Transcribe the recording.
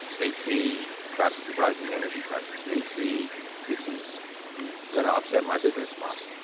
they see perhaps rising in energy prices. they see this is going to upset my business model.